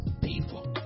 people